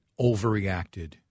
overreacted